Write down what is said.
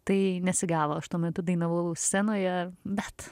tai nesigavo aš tuo metu dainavau scenoje bet